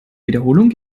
wiederholung